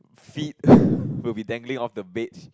feet will be dangling off the bed